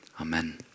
amen